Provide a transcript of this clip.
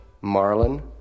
Marlin